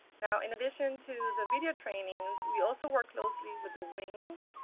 now, in addition to the video trainings, we also work closely with the wings,